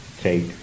take